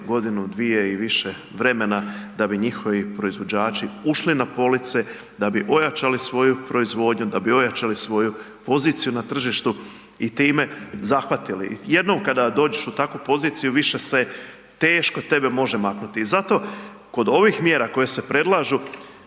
godinu, dvije i više vremena da bi njihovi proizvođači ušli na police, da bi ojačali svoju proizvodnju, da bi ojačali svoju poziciju na tržištu i time zahvatili. Jednom kada dođeš u takvu poziciju više se teško tebe može maknuti. I zato kod ovih mjera koje se predlažu,